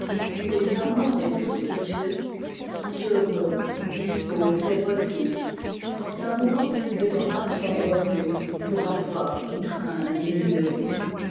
les amants des prostituéessont heureux dispos et repus quant à moi mes bras sont rompuspour avoir étreint des nuées